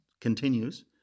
continues